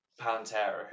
Pantera